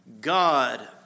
God